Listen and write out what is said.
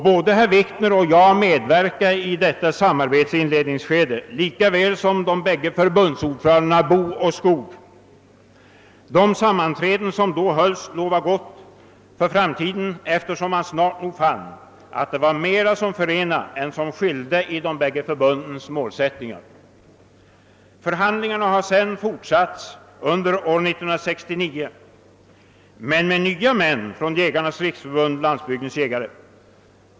Både herr Wikner och jag medverkade i inledningsskedet till detta samarbete lika väl som de bägge förbundsordförandena Boo och Skog. De sammanträden som då hölls lovade gott för framtiden, eftersom man snart nog fann att det var mera som förenade än som skilde i de bägge förbundens målsättningar. Förhandlingarna har sedan fortsatts under år 1969 men med nya män från Jägarnas riksförbund—Landsbygdens jägare.